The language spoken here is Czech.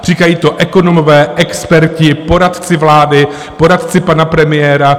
Říkají to ekonomové, experti, poradci vlády, poradci pana premiéra.